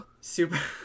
super